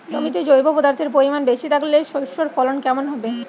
জমিতে জৈব পদার্থের পরিমাণ বেশি থাকলে শস্যর ফলন কেমন হবে?